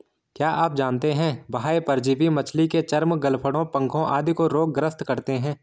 क्या आप जानते है बाह्य परजीवी मछली के चर्म, गलफड़ों, पंखों आदि को रोग ग्रस्त करते हैं?